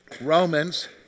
Romans